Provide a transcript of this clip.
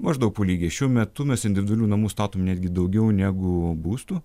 maždaug po lygiai šiuo metu mes individualių namų statom netgi daugiau negu būstų